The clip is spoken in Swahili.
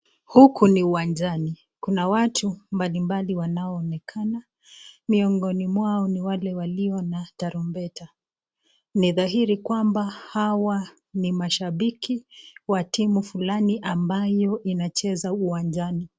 Huku ni uwanjani kuna watu mabli mbali wanaoonekana miongoni mwao ni wale walio na tarumbeta ni dhahiri kwamba hawa ni mashabiki wa timu fulani ambayo inacheza uwanjani.